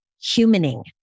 humaning